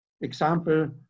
example